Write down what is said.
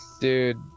Dude